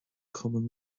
cumann